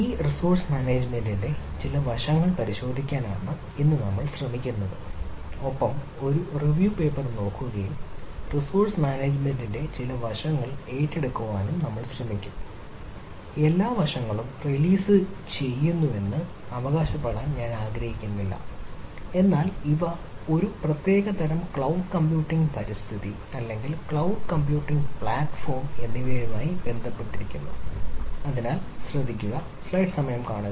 ഈ റിസോഴ്സ് മാനേജ്മെന്റിന്റെ ചില വശങ്ങൾ പരിശോധിക്കാൻ ആണ് ഇന്ന് നമ്മൾ ശ്രമിക്കുന്നത് ഒപ്പം ഒരു റിവ്യൂ പേപ്പർ ചെയ്യുന്നുവെന്ന് അവകാശപ്പെടാൻ ഞാൻ ആഗ്രഹിക്കുന്നില്ല എന്നാൽ ഇവ ഒരു പ്രത്യേക ക്ലൌഡ് കമ്പ്യൂട്ടിംഗ് പരിസ്ഥിതി അല്ലെങ്കിൽ ക്ലൌഡ് കമ്പ്യൂട്ടിംഗ് പ്ലാറ്റ്ഫോം എന്നിവയുമായി ബന്ധപ്പെട്ടിരിക്കുന്നു അതിനാൽ ശ്രദ്ധിക്കുക